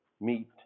meet